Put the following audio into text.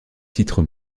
titres